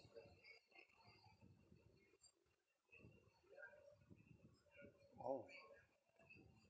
oh